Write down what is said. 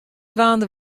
dwaande